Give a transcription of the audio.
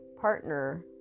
partner